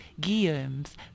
Guillaume's